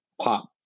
pop